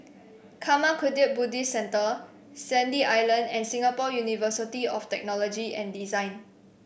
Karma Kagyud Buddhist Centre Sandy Island and Singapore University of Technology and Design